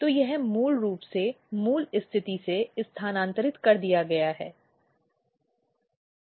तो यह मूल रूप से मूल स्थिति से स्थानांतरित कर दिया गया है